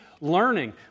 learning